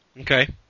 Okay